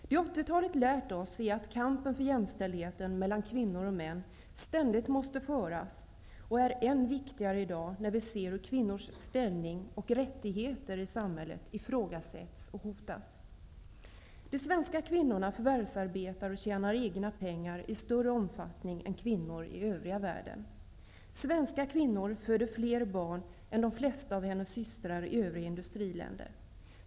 Det 80-talet lärt oss är att kampen för jämställdheten mellan kvinnor och män ständigt måste föras och är än viktigare i dag, när vi ser hur kvinnors ställning och rättigheter i samhället ifrågasätts och hotas. De svenska kvinnorna förvärvsarbetar och tjänar egna pengar i större omfattning än kvinnor i övriga världen. Svenska kvinnor föder fler barn än de flesta av sina systrar i övriga industriländer.